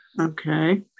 Okay